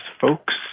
folks